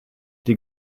die